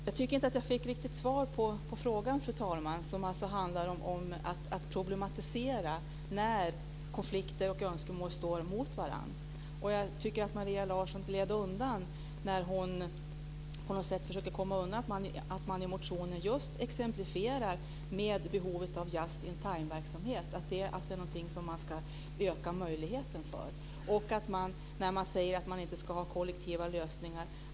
Fru talman! Jag tycker inte att jag riktigt fick svar på frågan. Det handlar om att problematisera när konflikter och önskemål står mot varandra. Maria Larsson gled undan frågan. Hon försöker komma undan att man i motionen exemplifierar med att man ska öka möjligheten för just-in-timeverksamhet. Man säger att man inte ska ha kollektiva lösningar.